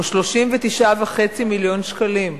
הוא 39.5 מיליון שקלים.